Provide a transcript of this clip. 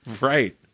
Right